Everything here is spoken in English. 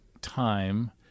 time